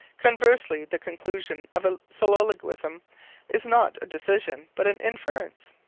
conversely, the conclusion of a syllogism is not a decision, but an inference.